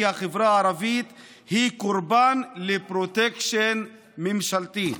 החברה הערבית היא קורבן לפרוטקשן ממשלתי.